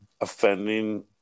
offending